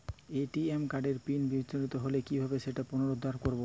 ATM কার্ডের pin বিস্মৃত হলে কীভাবে সেটা পুনরূদ্ধার করব?